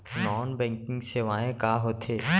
non banking सेवाएं का होथे